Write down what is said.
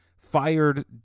fired